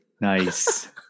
Nice